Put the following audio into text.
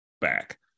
back